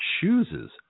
chooses